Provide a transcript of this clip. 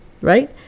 right